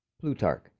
Plutarch